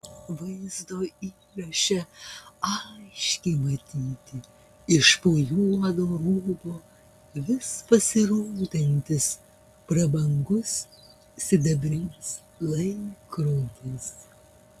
vaizdo įraše aiškiai matyti iš po juodo rūbo vis pasirodantis prabangus sidabrinis laikrodis